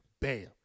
bam